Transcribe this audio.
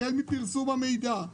החל מפרסום המידע,